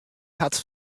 hat